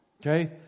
Okay